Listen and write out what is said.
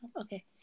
Okay